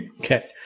okay